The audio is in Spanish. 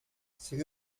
sin